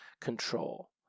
control